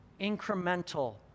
incremental